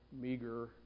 meager